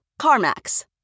CarMax